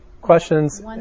Questions